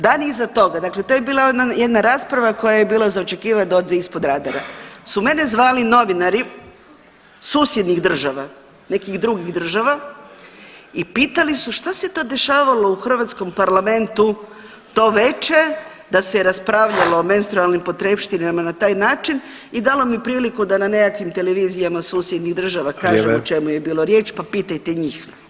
Dan iza toga, dakle to je bila jedna rasprava koja je bila za očekivat da ode ispod radara, su mene zvali novinari susjednih država, nekih drugih država i pitali su šta se to dešavalo u hrvatskom parlamentu to veče da se je raspravljalo o menstrualnim potrepštinama na taj način i dalo mi priliku da na nekakvim televizijama susjednih država kažem o čemu je bilo riječ, pa pitajte njih.